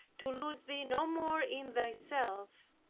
to lose thee no more in thyself,